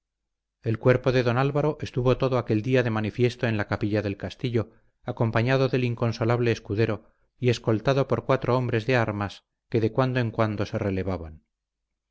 el cuerpo de don álvaro estuvo todo aquel día de manifiesto en la capilla del castillo acompañado del inconsolable escudero y escoltado por cuatro hombres de armas que de cuando en cuando se relevaban